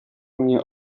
mnie